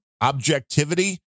objectivity